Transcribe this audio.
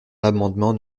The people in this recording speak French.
l’amendement